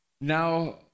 now